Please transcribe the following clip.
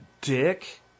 dick